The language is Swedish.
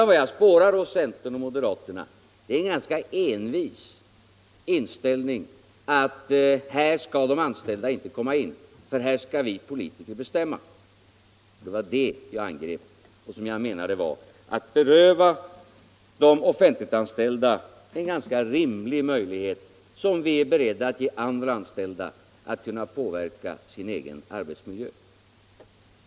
Vad jag spårar hos centern och moderaterna är en ganska envis inställning, nämligen att här skall de anställda inte komma in, för här skall vi politiker bestämma. Det var det som jag angrep och som jag menade innebar att beröva de offentliganställda en ganska rimlig möjlighet, som vi är beredda att ge andra anställda — att kunna påverka sin egen arbetsmiljö.